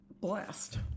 blessed